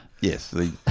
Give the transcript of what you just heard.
Yes